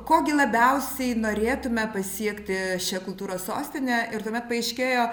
ko gi labiausiai norėtume pasiekti šia kultūros sostine ir tuomet paaiškėjo